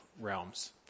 realms